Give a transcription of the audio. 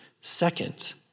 Second